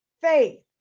faith